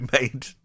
made